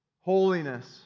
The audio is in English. holiness